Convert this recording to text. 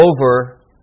over